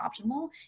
optimal